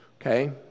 okay